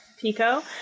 pico